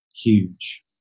huge